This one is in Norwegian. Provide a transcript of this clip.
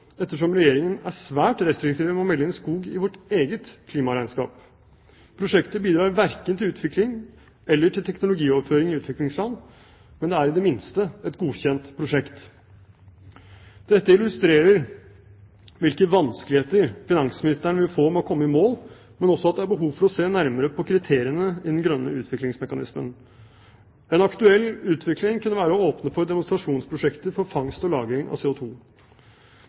ettersom Regjeringen er svært restriktiv med å melde inn skog i vårt eget klimaregnskap. Prosjektet bidrar verken til utvikling eller til teknologioverføring i utviklingsland, men det er i det minste et godkjent prosjekt. Dette illustrerer hvilke vanskeligheter finansministeren vil få med å komme i mål, men også at det er behov for å se nærmere på kriteriene i den grønne utviklingsmekanismen. En aktuell utvikling kunne være å åpne for demonstrasjonsprosjekter for fangst og lagring av